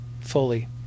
fully